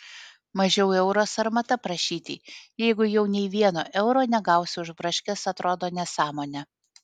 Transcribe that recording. mažiau euro sarmata prašyti jeigu jau nei vieno euro negausi už braškes atrodo nesąmonė